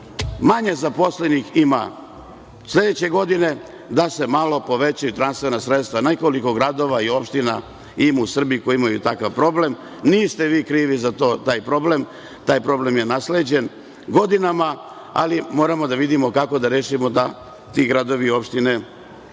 manje zaposlenih ima sledeće godine, da se malo povećaju transferna sredstva. Nekoliko je gradova i opština ima u Srbiji koje imaju takav problem. Niste vi krivi za taj problem. Taj problem je nasleđen godinama, ali moramo da vidimo kako da rešimo da ti gradovi i opštine